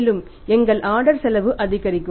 மேலும் எங்கள் ஆர்டர் செலவு அதிகரிக்கும்